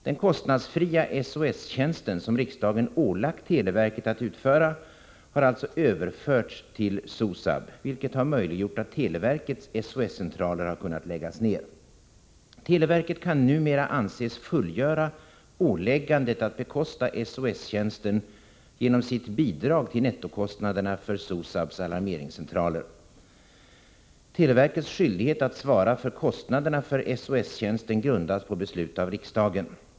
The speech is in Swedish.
Den kostnadsfria SOS-tjänsten, som riksdagen ålagt televerket att utföra, har alltså överförts till SOSAB, vilket möjliggjort att televerkets SOS-centraler kunnat läggas ned. Televerket kan numera anses fullgöra åläggandet att bekosta SOS-tjänsten genom sitt bidrag till nettokostnaderna för SOSAB:s alarmeringscentraler. Televerkets skyldighet att svara för kostnaderna för SOS-tjänsten grundas på beslut av riksdagen.